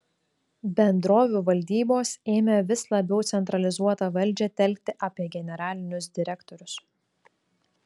bendrovių valdybos ėmė vis labiau centralizuotą valdžią telkti apie generalinius direktorius